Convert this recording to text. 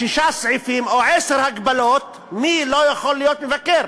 שישה סעיפים או עשר הגבלות מי לא יכול להיות מבקר.